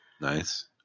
Nice